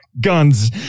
guns